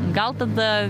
gal tada